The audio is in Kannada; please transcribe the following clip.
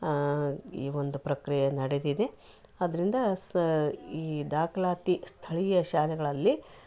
ಆ ಈ ಒಂದು ಪ್ರಕ್ರಿಯೆ ನಡೆದಿದೆ ಅದ್ದರಿಂದ ಸ್ ಈ ದಾಖಲಾತಿ ಸ್ಥಳೀಯ ಶಾಲೆಗಳಲ್ಲಿ